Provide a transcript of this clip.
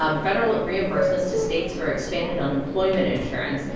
um federal reimbursements to states for expanded unemployment insurance,